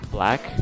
Black